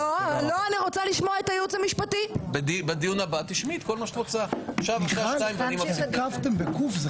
הישיבה ננעלה בשעה 14:00.